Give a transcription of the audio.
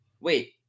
wait